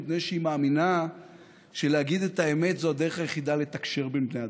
מפני שהיא מאמינה שלהגיד את האמת זו דרך היחידה לתקשר בין בני אדם.